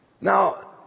Now